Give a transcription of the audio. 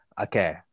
okay